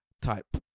type